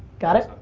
got it?